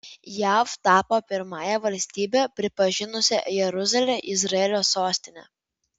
jav tapo pirmąja valstybe pripažinusia jeruzalę izraelio sostine